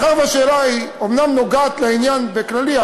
מאחר שהשאלה אומנם נוגעת לעניין הכללי,